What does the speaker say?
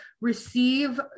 receive